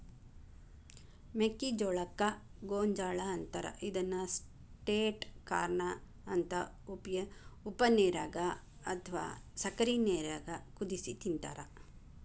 ಮೆಕ್ಕಿಜೋಳಕ್ಕ ಗೋಂಜಾಳ ಅಂತಾರ ಇದನ್ನ ಸ್ವೇಟ್ ಕಾರ್ನ ಅಂತ ಉಪ್ಪನೇರಾಗ ಅತ್ವಾ ಸಕ್ಕರಿ ನೇರಾಗ ಕುದಿಸಿ ತಿಂತಾರ